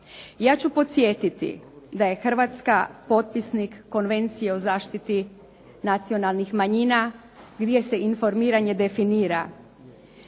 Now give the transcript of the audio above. Ja ću podsjetiti da je Hrvatska potpisnik Konvencije o zaštiti nacionalnih manjina, gdje se informiranje definira.